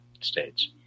states